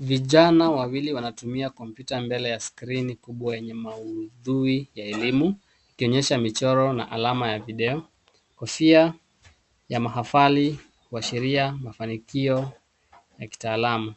Vijana wawili wanatumia kompyuta mbele ya skrini kubwa yenye maudhui ya elimu, ikionyesha michoro na alama ya video. Kofia ya mahafali kuashiria mafanikio ya kitaalamu.